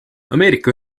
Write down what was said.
ameerika